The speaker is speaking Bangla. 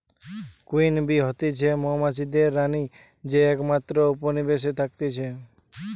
কুইন বী হতিছে মৌমাছিদের রানী যে একমাত্র যে উপনিবেশে থাকতিছে